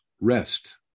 rest